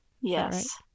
Yes